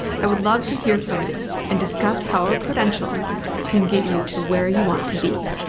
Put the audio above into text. i would love to hear from you and discuss how a credential can get you to where you want to be.